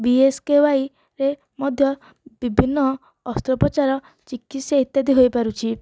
ବିଏସ୍କେୱାଇରେ ମଧ୍ୟ ବିଭିନ୍ନ ଅସ୍ତ୍ରୋପଚାର ଚିକିତ୍ସା ଇତ୍ୟାଦି ହୋଇପାରୁଛି